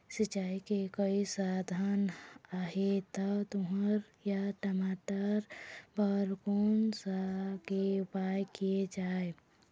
सिचाई के कई साधन आहे ता तुंहर या टमाटर बार कोन सा के उपयोग किए जाए?